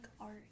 art